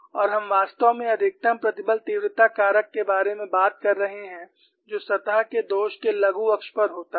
और हम वास्तव में अधिकतम प्रतिबल तीव्रता कारक के बारे में बात कर रहे हैं जो सतह के दोष के लघु अक्ष पर होता है